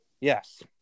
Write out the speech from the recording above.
Yes